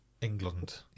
England